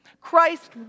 Christ